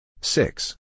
Six